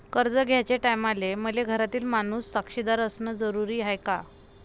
कर्ज घ्याचे टायमाले मले घरातील माणूस साक्षीदार असणे जरुरी हाय का?